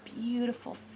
beautiful